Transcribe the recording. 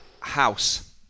House